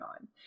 on